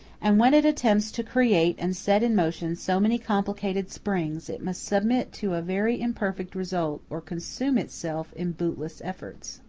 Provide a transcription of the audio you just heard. and when it attempts to create and set in motion so many complicated springs, it must submit to a very imperfect result, or consume itself in bootless efforts.